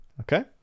Okay